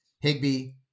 Higby